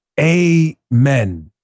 amen